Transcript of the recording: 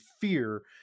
fear